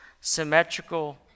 symmetrical